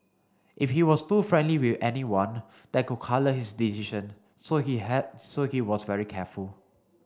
if he was too friendly with anyone that could colour his decision so he so he was very careful